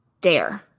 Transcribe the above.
dare